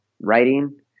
writing